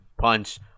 punch